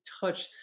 touch